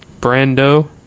Brando